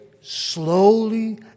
slowly